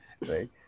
Right